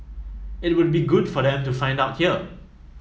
it would be good for them to find out here